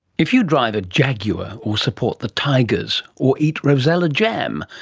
if you drive a jaguar or support the tigers or eat rosella jam,